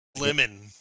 Lemon